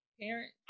Parent